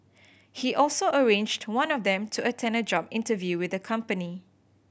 he also arranged one of them to attend a job interview with the company